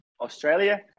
Australia